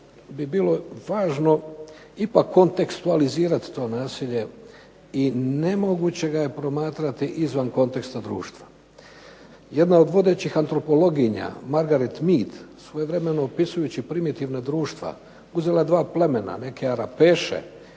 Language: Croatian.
bi bilo važno ipak kontekstualizirati to nasilje i nemoguće ga je promatrati izvan konteksta društva. Jedna od vodećih antropologinja Margaret Mead, svojevremeno opisujući primitivna društva uzela dva plemena neke Arapeše